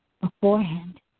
beforehand